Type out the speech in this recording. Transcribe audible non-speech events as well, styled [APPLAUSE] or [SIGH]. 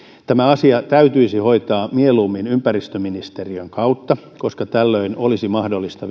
tämä asia täytyisi hoitaa mieluummin ympäristöministeriön kautta koska tällöin olisi mahdollista [UNINTELLIGIBLE]